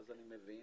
אני מבין